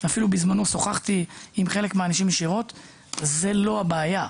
ובזמנו אפילו שוחחתי ישירות עם חלק מהאנשים זה לא הבעיה.